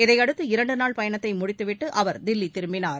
இதையடுத்து இரண்டு நாள் பயணத்தை முடித்து விட்டு அவர் தில்லி திரும்பினார்